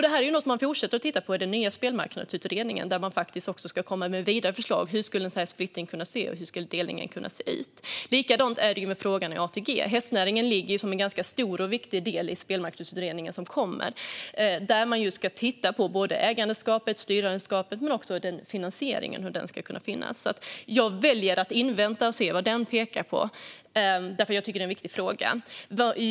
Det är något som man fortsätter att titta på i den nya Spelmarknadsutredningen, som faktiskt ska komma med vidare förslag. Hur skulle en sådan splittring kunna se ut, och hur skulle delningen kunna se ut? Likadant är det med frågan om ATG. Hästnäringen är en ganska stor och viktig del i Spelmarknadsutredningen, där man ska titta på både ägandeskapet och styrningen men också på finansieringen. Jag väljer att invänta utredningen och se vad den pekar på, för jag tycker att det är en viktig fråga.